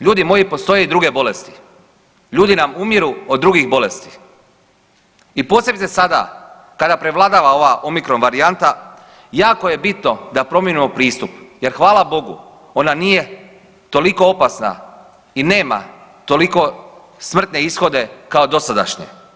Ljudi moji, postoje i druge bolesti, ljudi nam umiru od drugih bolesti i posebice sada kada prevladava ova omikron varijanta jako je bitno da promijenimo pristup jer hvala Bogu ona nije toliko opasna i nema toliko smrtne ishode kao dosadašnje.